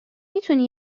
میتونی